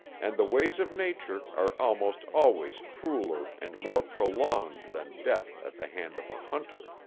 and the ways of nature are almost always crueler and more prolonged than death at the hand of a hunter.